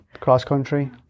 cross-country